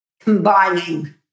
combining